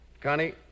Connie